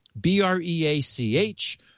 B-R-E-A-C-H